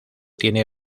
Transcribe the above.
tiene